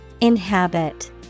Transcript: Inhabit